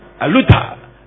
Aluta